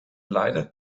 leider